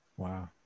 Wow